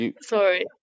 Sorry